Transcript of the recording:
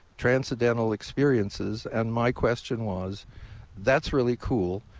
transcendental experiences. and my question was that's really cool.